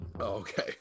Okay